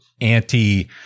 anti